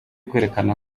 kwerekana